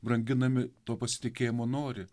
branginami to pasitikėjimo nori